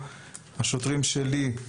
השוטרים שלי,